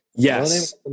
Yes